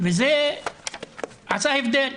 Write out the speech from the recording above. וזה עשה הבדל,